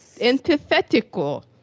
antithetical